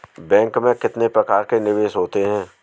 Bank में कितने प्रकार के निवेश होते हैं?